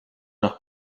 los